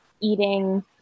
eating